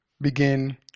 begin